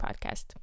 Podcast